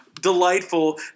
delightful